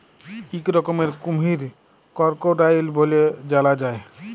ইক রকমের কুমহির করকোডাইল ব্যলে জালা যায়